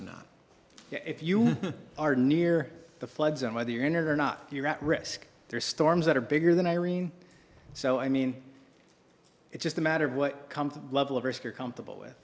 or not if you are near the flood zone whether you're in or not you're at risk there are storms that are bigger than irene so i mean it's just a matter of what comfort level of risk you're comfortable with